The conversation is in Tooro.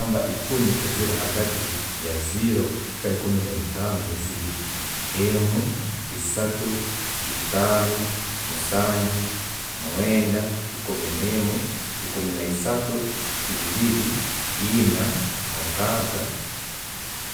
Enamba ekuumi ezirihagati yaziro kwiika haikumi naitano ziri, emu, esatu, etano,, musanju, mwenda, ekumi n'emu, ekumi naisatu, ebiri, eina, mukaga.